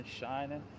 shining